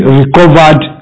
recovered